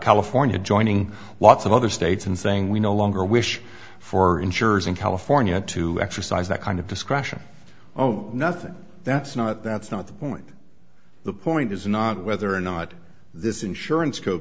california joining lots of other states and saying we no longer wish for insurers in california to exercise that kind of discretion oh nothing that's not that's not the point the point is not whether or not this insurance